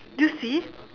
do you see